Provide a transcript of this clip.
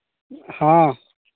हाँ